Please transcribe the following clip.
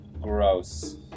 Gross